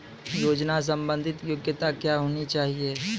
योजना संबंधित योग्यता क्या होनी चाहिए?